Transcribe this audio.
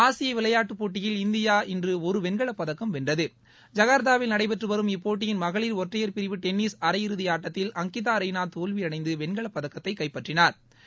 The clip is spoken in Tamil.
ஆசிய விளையாட்டு போட்டியின் இந்தியா இன்று ஒரு வெண்கலப்பதக்கம் வென்றது ஜகா்த்தாவில் நடைபெற்று வரும் இப்போட்டியின் மகளிர் ஒற்றையர் பிரிவு டென்ளிஸ் அரை இறுதி ஆட்டத்தில் அங்கிதா ரெய்னா தோல்வியடைந்து வெண்கலப்பதக்கத்தை கைப்பற்றினாா்